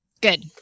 Good